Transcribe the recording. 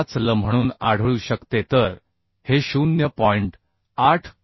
85L म्हणून आढळू शकते तर हे 0